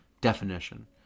definition